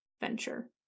venture